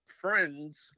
friends